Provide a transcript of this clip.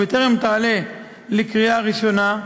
ובטרם תעלה לקריאה ראשונה,